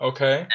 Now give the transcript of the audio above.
Okay